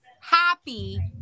happy